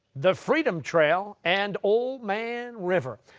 the freedom trail, and ol' man river.